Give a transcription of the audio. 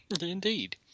Indeed